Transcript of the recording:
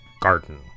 garden